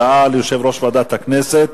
הודעה ליושב-ראש ועדת הכנסת.